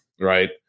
right